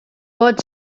pot